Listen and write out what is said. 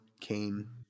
came